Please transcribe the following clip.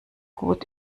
gut